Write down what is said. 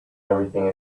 everything